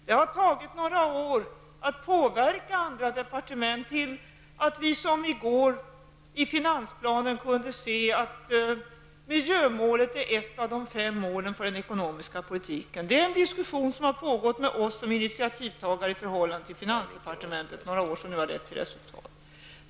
Det har tagit några år att påverka andra departement, innan vi i finansplanen i går kunde se att miljömålet är ett av de fem målen för den ekonomiska politiken. Det är den diskussion som har pågått några år med oss som initiativtagare i förhållande till finansdepartementet som nu har lett till resultat.